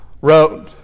wrote